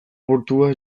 portua